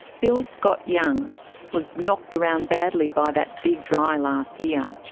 bill scott-young was knocked around badly by that big dry last yeah